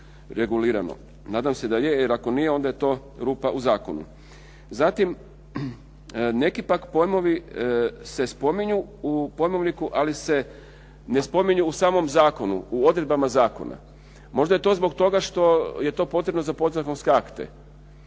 Nadam se da je, jer ako nije, onda je to rupa u zakonu. Zatim, neki pak pojmovi se spominju u pojmovniku, ali se ne spominju u samom zakonu u odredbama zakona. Možda je to zbog toga što je to potrebno za podzakonske akte.